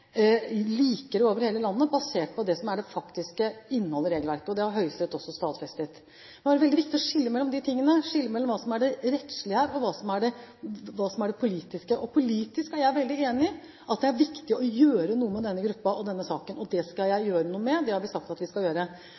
over hele landet, basert på det som er det faktiske innholdet i regelverket. Det har Høyesterett også stadfestet. Nå er det veldig viktig å skille mellom hva som er det rettslige, og hva som er det politiske. Politisk er jeg veldig enig i at det er viktig å gjøre noe med denne gruppen og denne saken. Det skal jeg – det har vi sagt at vi skal gjøre.